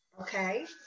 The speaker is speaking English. okay